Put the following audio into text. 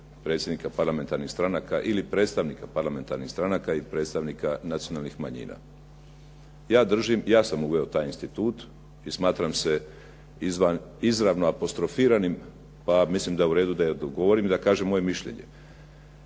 predsjednika parlamentarnih stranaka ili predstavnika parlamentarnih stranaka i predstavnika nacionalnih manjina. Ja držim, ja sam uveo taj institut i smatram se izravno apostrofiranim pa mislim da je u redu da odgovorim i da kažem moje mišljenje.